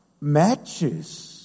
matches